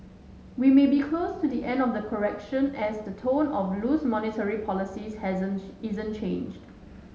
we may be close to the end of the correction as the tone of loose monetary policies hasn't isn't changed